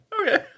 Okay